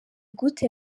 gute